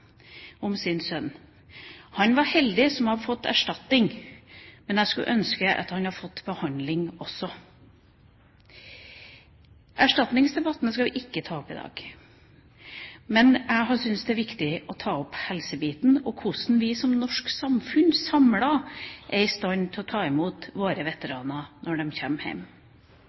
om sin sønn: Han er heldig som har fått erstatning, men jeg skulle ønske at han hadde fått behandling også. Erstatningsdebatten skal vi ikke ta opp i dag. Men jeg syns det er viktig å ta opp helsebiten og hvordan vi som norsk samfunn samlet er i stand til å ta imot våre veteraner når